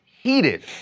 heated